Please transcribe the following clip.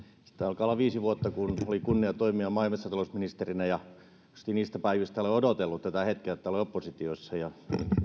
siitä alkaa olla viisi vuotta kun oli kunnia toimia maa ja metsätalousministerinä ja niistä päivistä olen odotellut tätä hetkeä että olen oppositiossa ja